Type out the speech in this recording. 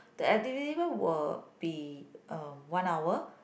the activity will be uh one hour